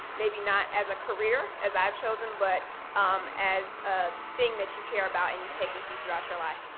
maybe not as a career, as i've chosen, but as a thing that you care about and you take with you throughout your life.